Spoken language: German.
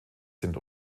sind